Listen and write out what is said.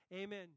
Amen